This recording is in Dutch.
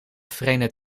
vreemde